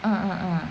mm mm mm